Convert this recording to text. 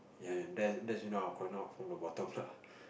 ya and that's you know our from the bottoms lah